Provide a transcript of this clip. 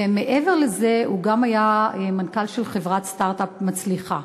ומעבר לזה הוא גם היה מנכ"ל של חברת סטרט-אפ מצליחה.